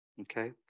Okay